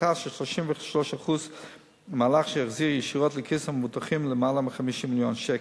הפחתה של 33% מהלך שהחזיר ישירות לכיס המבוטחים למעלה מ-50 מיליון שקל.